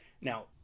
Now